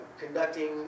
conducting